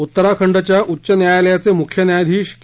उत्तराखंडच्या उच्च न्यायालयाचे मुख्य न्यायाधीश के